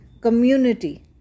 community